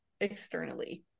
externally